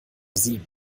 sieben